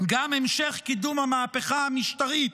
גם המשך קידום המהפכה המשטרית,